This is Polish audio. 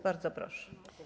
Bardzo proszę.